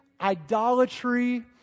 idolatry